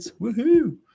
woohoo